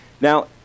Now